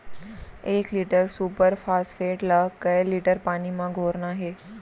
एक litre super phosphate ला कए लीटर पानी मा घोरना हे?